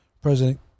President